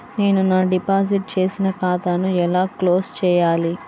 నేను నా డిపాజిట్ చేసిన ఖాతాను ఎలా క్లోజ్ చేయాలి?